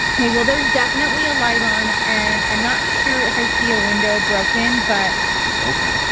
okay, well there's definitely a light on and i'm not sure if i see a window broken, but it's open.